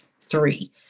three